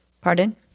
Pardon